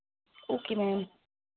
okay ma'am